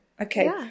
okay